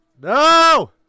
No